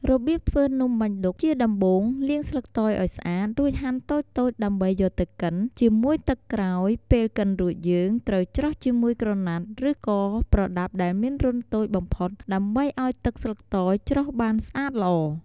រប្រៀបធ្វើនំបាញ់ឌុកជាដំបូងលាងស្លឹកតើយឲ្យស្អាតរួចហាន់តូចៗដើម្បីយកទៅកិនជាមួយទឹកក្រោយពេលកិនរួចយើងត្រូវច្រោះជាមួយក្រណាត់ឬក៏ប្រដាប់ដែលមានរន្ធតូចបំផុតដើម្បីឲ្យទឹកស្លឹកតើយច្រោះបានស្អាតល្អ។